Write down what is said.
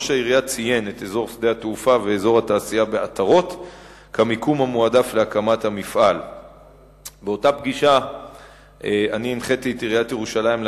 3. מה ייעשה אם ירושלים לא